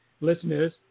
listeners